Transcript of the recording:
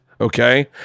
Okay